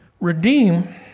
Redeem